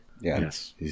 Yes